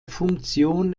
funktion